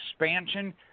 expansion